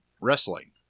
wrestling